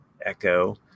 Echo